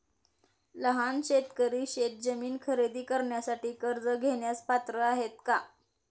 लहान शेतकरी शेतजमीन खरेदी करण्यासाठी कर्ज घेण्यास पात्र आहेत का?